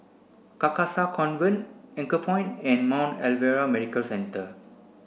Carcasa Convent Anchorpoint and Mount Alvernia Medical Centre